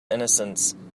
innocence